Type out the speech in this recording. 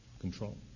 control